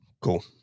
Cool